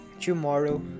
tomorrow